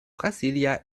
brasília